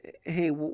Hey